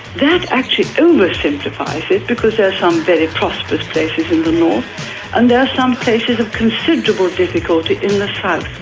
that actually oversimplifies it because there are some very prosperous places in the north and there are some places of considerable difficulty in the